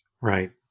Right